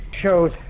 Shows